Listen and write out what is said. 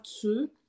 two